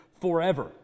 forever